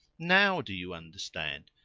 now do you understand?